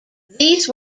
these